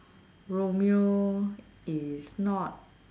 Romeo is not